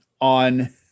on